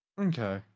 okay